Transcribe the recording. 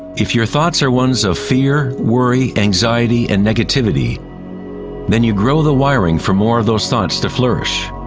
if your thoughts are ones of fear, worry, anxiety and negativity then you grow the wiring for more of those thoughts to flourish.